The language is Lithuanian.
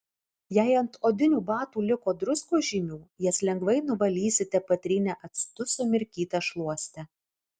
jei ant odinių batų liko druskos žymių jas lengvai nuvalysite patrynę actu sumirkyta šluoste